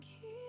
Keep